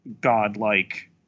godlike